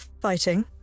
fighting